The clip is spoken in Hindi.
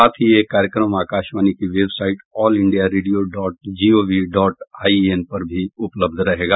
साथ ही ये कार्यक्रम आकाशवाणी की website all India radio dot gov dot I N पर भी उपलब्ध रहेगा